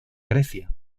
grecia